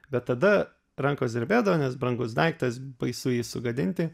bet tada rankos drebėdavo nes brangus daiktas baisu jį sugadinti